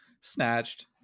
Snatched